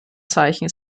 zeichen